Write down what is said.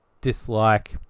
dislike